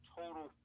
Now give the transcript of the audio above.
total